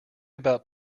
about